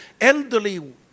elderly